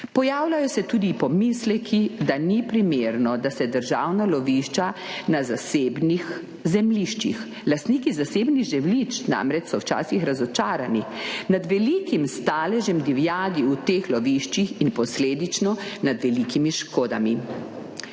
Pojavljajo se tudi pomisleki, da ni primerno, da se državna lovišča na zasebnih zemljiščih. Lastniki zasebnih zemljišč namreč so včasih razočarani nad velikim staležem divjadi v teh loviščih in posledično nad velikimi škodami.